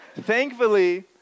Thankfully